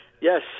Yes